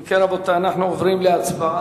אם כן, רבותי, אנחנו עוברים להצבעה.